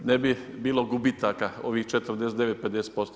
Ne bi bilo gubitaka ovih 45, 50%